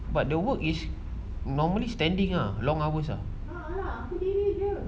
but the work is normally standing ah long hours ah